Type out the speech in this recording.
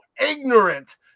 ignorant